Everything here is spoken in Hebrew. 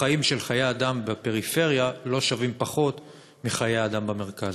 החיים של חיי אדם בפריפריה לא שווים פחות מחיי אדם במרכז.